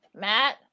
Matt